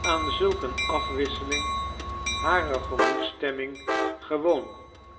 aan zulk een afwisseling harer gemoedsstemming gewoon